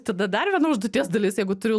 tada dar viena užduoties dalis jeigu turiu